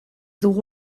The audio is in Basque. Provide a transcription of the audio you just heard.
dugu